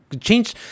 change